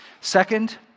Second